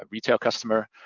retail customer.